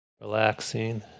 Relaxing